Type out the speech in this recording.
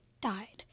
died